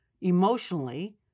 Emotionally